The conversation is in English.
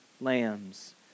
lambs